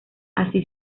así